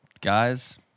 guys